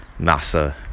NASA